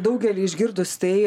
daugeliui išgirdus tai